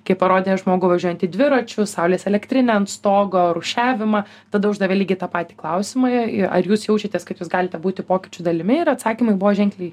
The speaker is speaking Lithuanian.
kai parodė žmogų važiuojantį dviračiu saulės elektrinę ant stogo rūšiavimą tada uždavė lygiai tą patį klausimą ar jūs jaučiatės kad jūs galite būti pokyčių dalimi ir atsakymai buvo ženkliai